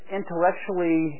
intellectually